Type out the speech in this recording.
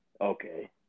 Okay